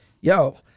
yo